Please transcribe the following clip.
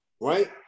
Right